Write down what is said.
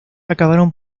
acabaron